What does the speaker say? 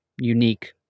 unique